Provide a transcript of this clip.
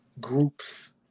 groups